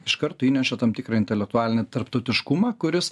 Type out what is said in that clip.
iš karto įneša tam tikrą intelektualinį tarptautiškumą kuris